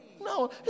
No